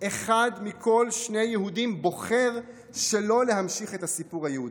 אחד מכל שני יהודים בוחר שלא להמשיך את הסיפור היהודי.